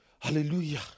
Hallelujah